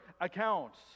accounts